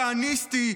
כהניסטי,